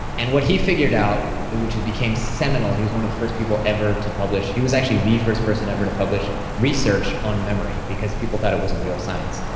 and what he figured out which it became seminal. he was one of the first people ever to publish. he was actually the first person ever to publish research on memory because people thought it wasn't real science,